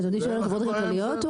אדוני שואל על החברות הכלכליות או